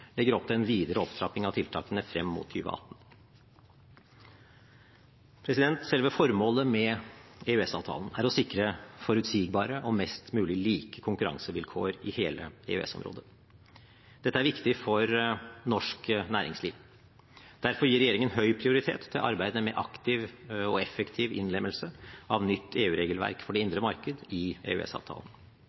legger opp til en videre opptrapping av tiltakene frem mot 2018. Selve formålet med EØS-avtalen er å sikre forutsigbare og mest mulig like konkurransevilkår i hele EØS-området. Dette er viktig for norsk næringsliv. Derfor gir regjeringen høy prioritet til arbeidet med aktiv og effektiv innlemmelse av nytt EU-regelverk for det indre marked i